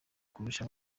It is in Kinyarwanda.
kurusha